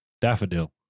Daffodil